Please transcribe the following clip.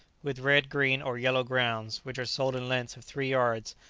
with red, green, or yellow grounds, which are sold in lengths of three yards,